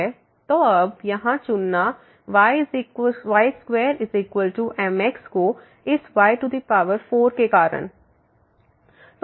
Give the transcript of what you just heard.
तो अब यहाँ चुनना y2mx को इस y4 के कारण